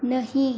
नहीं